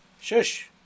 Shush